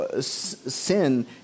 sin